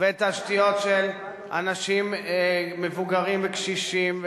ותשתיות של אנשים מבוגרים וקשישים,